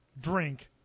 drink